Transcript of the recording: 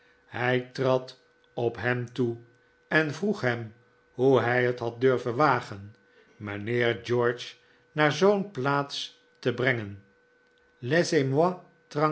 hij trad op hem toe en vroeg hem hoe hij het had durven wagen mijnheer george naar zoo'n plaats te brengen